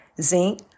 zinc